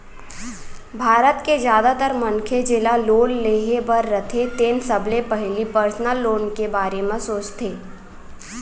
भारत के जादातर मनखे जेला लोन लेहे बर रथे तेन सबले पहिली पर्सनल लोन के बारे म सोचथे